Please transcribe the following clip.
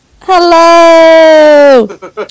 Hello